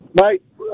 Mate